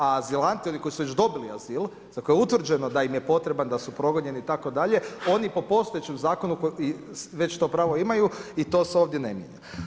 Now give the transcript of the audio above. A azilanti, oni koji su već dobili azil, za koje je utvrđeno da im je potreban, da su progonjeni itd. oni po postojećem zakonu već to pravo imaju i to se ovdje ne mijenja.